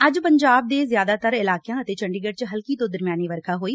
ਅੱਜ ਪੰਜਾਬ ਦੇ ਜਿਆਦਾਤਰ ਇਲਾਕਿਆਂ ਅਤੇ ਚੰਡੀਗਤੁ ਚ ਹਲਕੀ ਤੋ ਦਰਮਿਆਨੀ ਵਰਖਾ ਹੋਈ